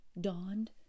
dawned